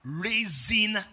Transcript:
raising